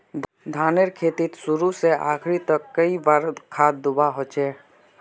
धानेर खेतीत शुरू से आखरी तक कई बार खाद दुबा होचए?